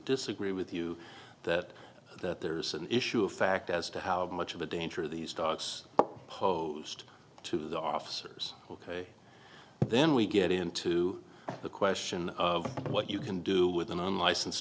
disagree with you that that there's an issue of fact as to how much of a danger these dogs posed to the officers ok then we get into the question of what you can do with an unlicense